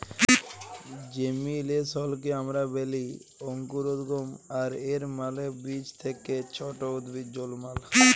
জেমিলেসলকে আমরা ব্যলি অংকুরোদগম আর এর মালে বীজ থ্যাকে ছট উদ্ভিদ জলমাল